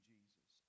Jesus